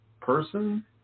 person